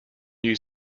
new